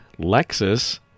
Lexus